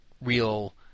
Real